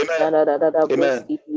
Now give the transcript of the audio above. Amen